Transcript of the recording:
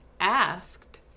asked